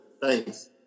Thanks